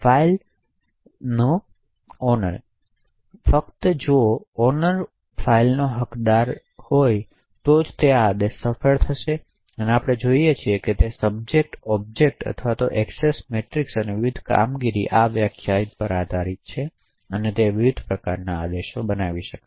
file તેથી ફક્ત જો માલિક ફાઇલનો હકદાર માલિક છે તો જ આ આદેશ સફળ થશે તેથી આપણે અહીં જે જોઈએ છીએ તે સબજેક્ટ ઑબ્જેક્ટ અથવા એએક્સેસ મેટ્રિક્સ અને વિવિધ કામગીરીની આ વ્યાખ્યા પર આધારિત છે એક વિવિધ પ્રકારના આદેશો બનાવી શકશે